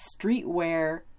Streetwear